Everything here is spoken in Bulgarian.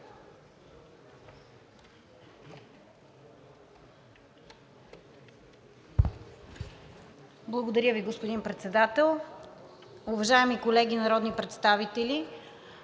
Благодаря Ви, господин Председател. Уважаеми колеги народни представители!